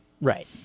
right